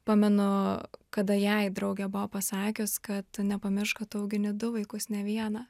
pamenu kada jai draugė buvo pasakius kad nepamiršk kad tu augini du vaikus ne vieną